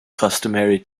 customary